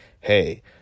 Hey